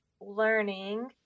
learning